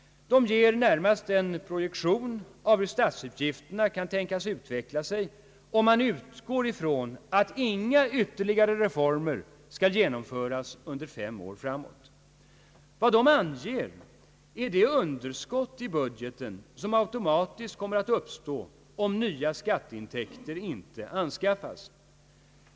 De ger närmast en projektion av hur statsutgifterna kan tänkas utveckla sig, om man utgår ifrån att inga ytterligare reformer skulle genomföras under fem år framåt. Vad de anger är det underskott i budgeten som automatiskt kommer att uppstå om nya skatteintäkter inte anskaffas.